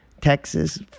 Texas